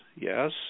Yes